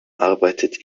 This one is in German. arbeitet